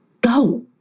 Go